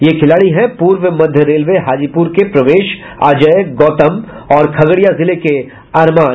ये खिलाड़ी हैं पूर्व मध्य रेलवे हाजीपुर के प्रवेश अजय गौतम और खगड़िया के अरमान